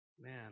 man